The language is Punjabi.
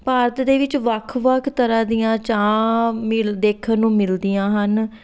ਭਾਰਤ ਦੇ ਵਿੱਚ ਵੱਖ ਵੱਖ ਤਰ੍ਹਾਂ ਦੀਆਂ ਚਾਹ ਮਿਲ ਦੇਖਣ ਨੂੰ ਮਿਲਦੀਆਂ ਹਨ